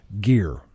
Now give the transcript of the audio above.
gear